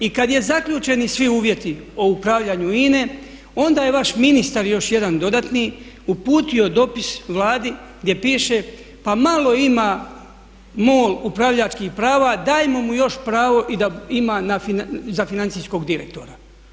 I kad je zaključeni svi uvjeti o upravljanju INE onda je vaš ministar još jedan dodatni uputio dopis Vladi gdje piše pa malo ima MOL upravljačkih prava, dajmo mu još pravo i da ima za financijskog direktora.